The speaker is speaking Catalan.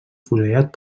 afusellat